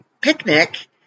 picnic